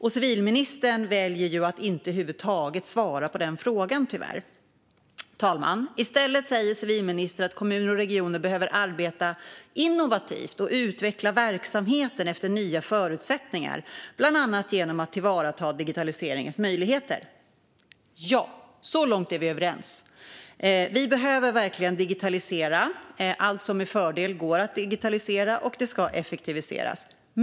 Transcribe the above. Civilministern väljer tyvärr att inte svara på den frågan över huvud taget. Fru talman! I stället säger civilministern att kommuner och regioner behöver "arbeta innovativt och utveckla verksamheten efter nya förutsättningar, bland annat genom att ta till vara digitaliseringens möjligheter". Ja, så långt är vi överens. Vi behöver verkligen digitalisera allt som med fördel går att digitalisera, och det ska effektiviseras.